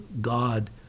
God